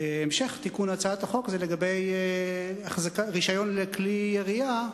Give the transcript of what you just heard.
המשך תיקון החוק הוא לגבי רשיון לכלי ירייה,